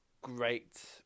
great